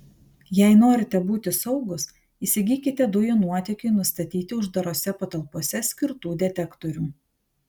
jei norite būti saugūs įsigykite dujų nuotėkiui nustatyti uždarose patalpose skirtų detektorių